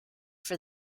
for